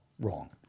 Wrong